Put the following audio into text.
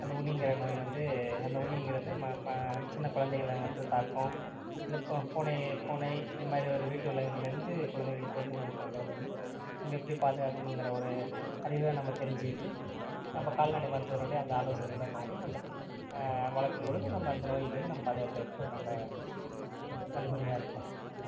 அந்த உன்னிங்கிற நோய் வந்து அந்த உன்னிங்கிறது ம சின்ன குழந்தைகளை மற்றும் தாக்கும் இந்த ப பூனை பூனை இது மாதிரி ஒரு வீட்டு விலங்குகலேருந்து குழந்தைகளுக்கு வந்து நோய் தாக்கறதை வந்து நம்ம எப்படி பாதுகாக்கணுங்கிற ஒரு அறிவை நம்ம தெரிஞ்சுக்கிட்டு நம்ம கால்நடை மருத்துவரோடையே அந்த ஆலோசனைகளை நாடி நம்ம வளர்க்கும் பொழுது நம்ம அந்த நோயிலேருந்து நம்ம பாதுகாக்கிறதுக்கு ஒரு நல்ல வழிமுறையாக இருக்கும்